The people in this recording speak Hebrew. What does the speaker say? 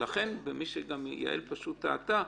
יעל פשוט טעתה,